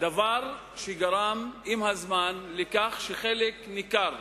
דבר שגרם עם הזמן לכך שחלק ניכר,